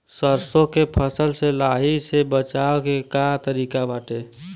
सरसो के फसल से लाही से बचाव के का तरीका बाटे?